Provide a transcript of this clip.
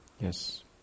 Yes